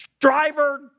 driver